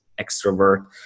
extrovert